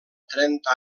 trenta